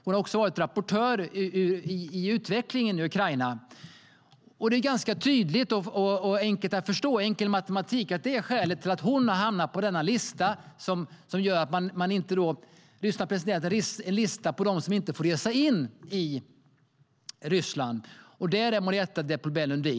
Hon har också varit rapportör när det gäller utvecklingen i Ukraina. Det är ganska tydligt och enkelt att förstå att det är skälet till att hon har hamnat på den lista över personer som inte får resa in i Ryssland.